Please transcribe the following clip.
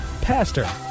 Pastor